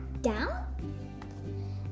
down